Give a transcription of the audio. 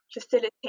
facilitate